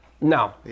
no